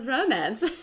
romance